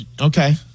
Okay